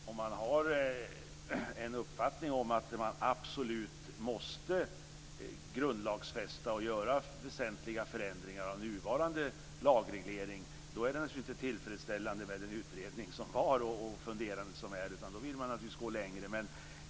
Fru talman! Om man har uppfattningen att man absolut måste grundlagsfästa och göra väsentliga förändringar av nuvarande lagreglering är det naturligtvis inte tillfredsställande med den utredning som gjordes och de funderingar som finns, utan då vill man naturligtvis gå längre.